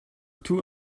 two